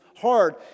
hard